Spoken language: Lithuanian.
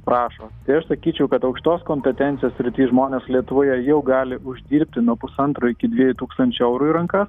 prašo tai aš sakyčiau kad aukštos kompetencijos srity žmonės lietuvoje jau gali uždirbti nuo pusantro iki dviejų tūkstančių eurų į rankas